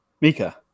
mika